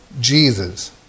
Jesus